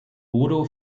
bodo